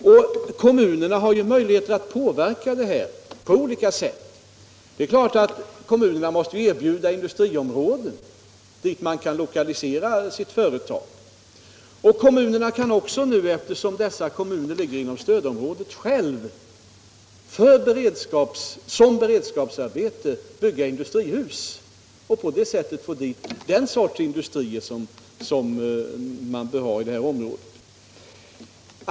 Kommunerna har ju möjligheter att påverka utvecklingen på olika sätt. Men det är klart att kommunerna måste erbjuda industriområden dit man kan lokalisera sitt företag. Kommunerna kan också, eftersom de ligger inom stödområdet, själva som beredskapsarbete bygga industrihus och på det sättet dra till sig den sortens industrier som man bör ha i detta område.